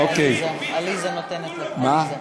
עליזה נותנת לו את, כן?